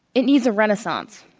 it needs a renaissance.